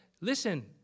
listen